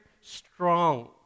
strong